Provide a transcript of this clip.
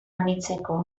anitzeko